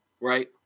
right